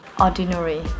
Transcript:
Ordinary